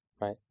Right